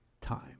time